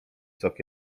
sok